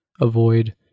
avoid